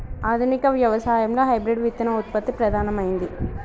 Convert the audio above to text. ఆధునిక వ్యవసాయం లో హైబ్రిడ్ విత్తన ఉత్పత్తి ప్రధానమైంది